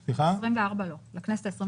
של הבחירות לכנסת ה-24